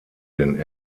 den